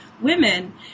women